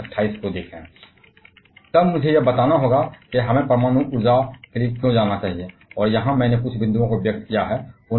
फिर मुझे यह बताना होगा कि हमें परमाणु ऊर्जा के लिए क्यों जाना चाहिए और यहां मैंने कुछ बिंदुओं पर विचार किया है